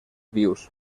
vius